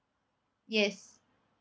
yes